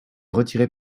retirée